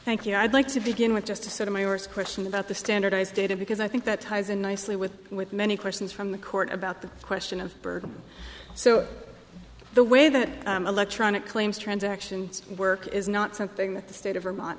thank you i'd like to begin with just a sort of my worst question about the standardized data because i think that ties in nicely with with many questions from the court about the question of burden so the way that electronic claims transaction work is not something that the state of vermont